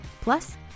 Plus